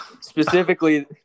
specifically